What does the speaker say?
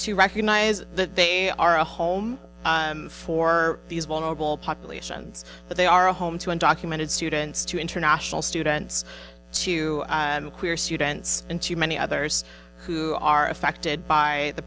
to recognize that they are a home for these vulnerable populations that they are a home to undocumented students to international students to queer students and to many others who are affected by the